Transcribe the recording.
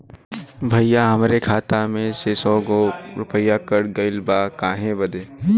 भईया हमरे खाता मे से सौ गो रूपया कट गइल बा काहे बदे?